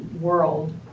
world